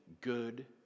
good